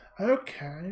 Okay